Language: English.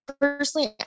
personally